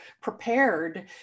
prepared